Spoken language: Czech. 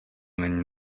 není